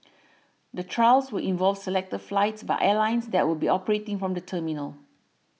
the trials will involve selected flights by airlines that will be operating from the terminal